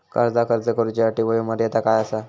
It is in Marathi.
कर्जाक अर्ज करुच्यासाठी वयोमर्यादा काय आसा?